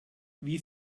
wie